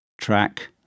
Track